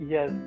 Yes